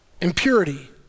impurity